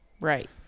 Right